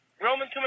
Roman